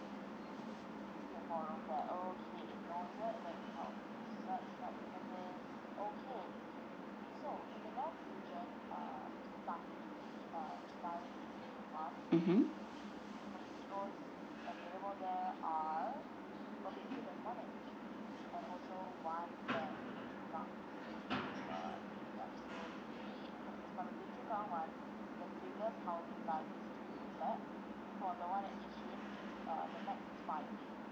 mmhmm